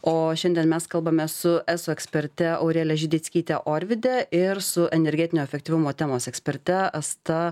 o šiandien mes kalbame su eso eksperte aurelija židickyte orvyde ir su energetinio efektyvumo temos eksperte asta